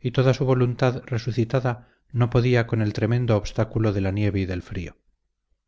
y toda su voluntad resucitada no podía con el tremendo obstáculo de la nieve y del frío